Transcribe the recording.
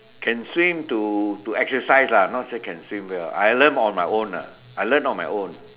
can swim to exercise not say can swim well I learn on my own ah I learn on my own